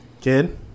Kid